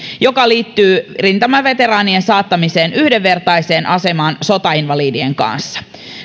joka liittyy rintamaveteraanien saattamiseen yhdenvertaiseen asemaan sotainvalidien kanssa